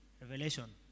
Revelation